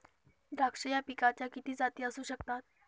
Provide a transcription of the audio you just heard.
द्राक्ष या पिकाच्या किती जाती असू शकतात?